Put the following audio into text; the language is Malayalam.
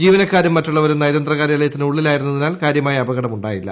ജീവനക്കാരും മറ്റുള്ളവരും നയതന്ത്ര കാര്യാലയത്തിന് ഉള്ളിലായിരുന്നതിനാൽ കാര്യമായ അപകടം ഉണ്ടായില്ല